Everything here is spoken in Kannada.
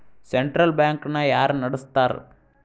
ಸೆಂಟ್ರಲ್ ಬ್ಯಾಂಕ್ ನ ಯಾರ್ ನಡಸ್ತಾರ?